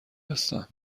هستم